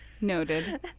Noted